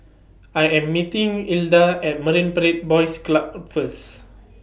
I Am meeting Ilda At Marine Parade Boys Club First